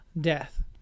death